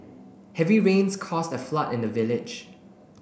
heavy rains caused a flood in the village